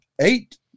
eight